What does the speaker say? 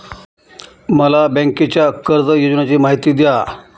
मला बँकेच्या कर्ज योजनांची माहिती द्या